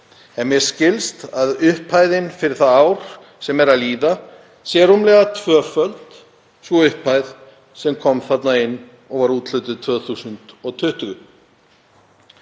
en mér skilst að upphæðin fyrir það ár sem er að líða sé rúmlega tvöföld sú upphæð sem kom þarna inn og var úthlutað 2020.